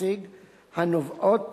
הנובעת